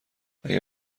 اگر